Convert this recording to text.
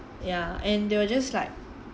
ya and they were just like